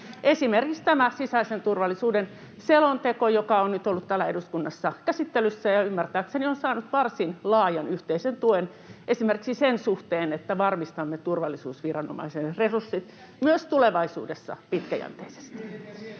Esimerkiksi tämä sisäisen turvallisuuden selonteko, joka on nyt ollut täällä eduskunnassa käsittelyssä ja on ymmärtääkseni saanut varsin laajan yhteisen tuen esimerkiksi sen suhteen, että varmistamme turvallisuusviranomaisten resurssit myös tulevaisuudessa pitkäjänteisesti.